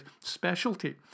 specialty